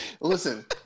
Listen